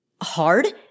hard